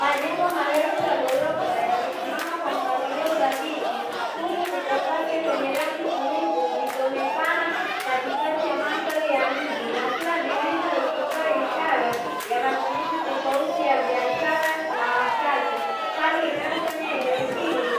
Majengo marefu ya ghorofa yamesimama kwa mpangilio thabiti huku kuta zake zenye rangi tulivu zikionekana katikati ya mandhari ya mji na kila dirisha likitoa ishara ya matumizi tofauti ya biashara na makazi. Hali inayofanya eneo hili